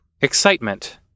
Excitement